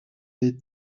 des